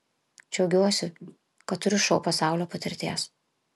džiaugiuosi kad turiu šou pasaulio patirties